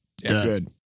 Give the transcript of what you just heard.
good